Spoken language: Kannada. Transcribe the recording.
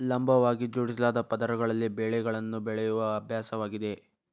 ಲಂಬವಾಗಿ ಜೋಡಿಸಲಾದ ಪದರಗಳಲ್ಲಿ ಬೆಳೆಗಳನ್ನು ಬೆಳೆಯುವ ಅಭ್ಯಾಸವಾಗಿದೆ